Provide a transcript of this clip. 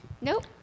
Nope